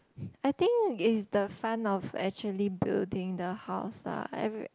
I think it is the fun of actually building the house lah I